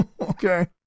Okay